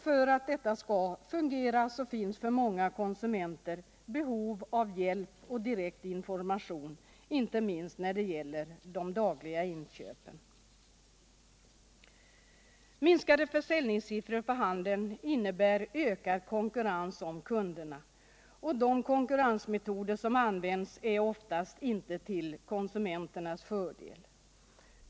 För att detta skall fungera finns det för många konsumenter ett behov av hjälp och direkt information, inte minst när det gäller de dagliga inköpen, som behöver tillfredsställas. Minskade försäljningssiffror för handeln innebär ökad konkurrens om konsumenterna, och de konkurrensmetoder som används är oftast inte till konsumenternas fördel.